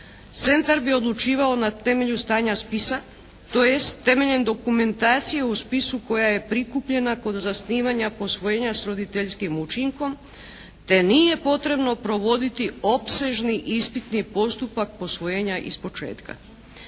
Centar bi odlučivao na temelju stanja spisa, tj. temeljem dokumentacije u spisu koja je prikupljena kod zasnivanja posvojenja s roditeljskim učinkom te nije potrebno provoditi opsežni ispitni postupak posvojenja ispočetka.